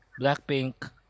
Blackpink